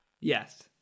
Yes